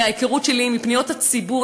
מההיכרות שלי עם פניות הציבור,